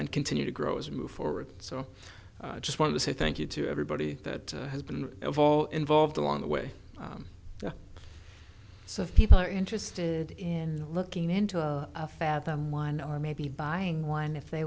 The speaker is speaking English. and continue to grow as we move forward so i just want to say thank you to everybody that has been of all involved along the way so if people are interested in looking into a fathom one or maybe buying one if they